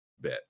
bet